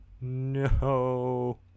No